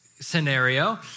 scenario